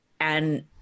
and-